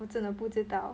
我真的不知道